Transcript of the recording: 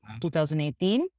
2018